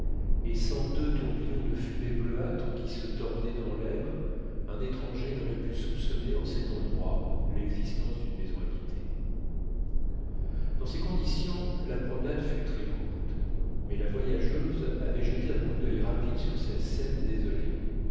et sans deux tourbillons de fumée bleuâtre qui se tordaient dans l'air un étranger n'aurait pu soupçonner en cet endroit l'existence d'une maison habitée dans ces conditions la promenade fut très courte mais la voyageuse avait jeté un coup d'oeil rapide sur cette scène désolée